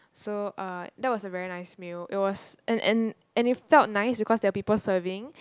so uh that was a very nice meal it was and and and it felt nice because there're people serving